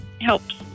helps